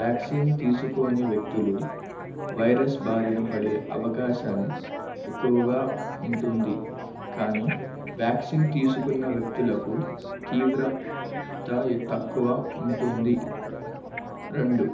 vaccine తీసుకోని వ్యక్తులు virus భారిన పడే అవకాశం ఎక్కువగా ఉంటుంది కానీ వ్యాక్సిన్ తీసుకున్న వ్యక్తులకు తీవ్రత తక్కువ ఉంటుంది రెండు